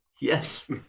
Yes